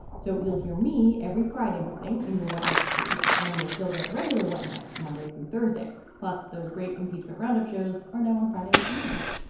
so you'll hear me every friday morning in your what next feed and you'll still get regular what next monday through thursday. plus those great impeachment roundup shows are no one friday afternoons.